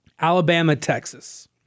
Alabama-Texas